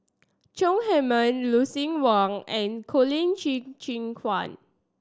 Chong Heman Lucien Wang and Colin Qi Zhe Quan